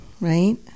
right